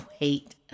wait